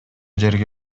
жерге